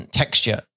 texture